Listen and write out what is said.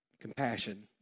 compassion